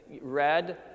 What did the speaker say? Red